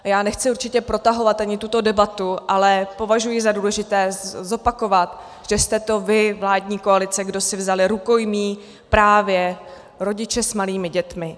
A já nechci určitě protahovat ani tuto debatu, ale považuji za důležité zopakovat, že jste to vy, vládní koalice, kdo si vzali za rukojmí právě rodiče s malými dětmi.